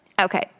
Okay